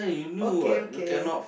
okay okay